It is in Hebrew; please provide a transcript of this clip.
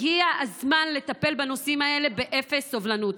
הגיע הזמן לטפל בנושאים האלה באפס סובלנות.